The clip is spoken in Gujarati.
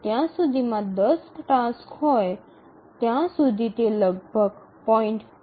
જો ત્યાં સુધીમાં ૧0 ટાસક્સ હોય ત્યાં સુધી તે લગભગ 0